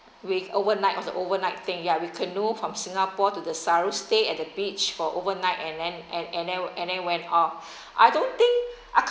with overnight was an overnight thing ya we canoe from singapore to desaru stay at the beach for overnight and then and then and then went off I don't think I